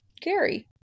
Gary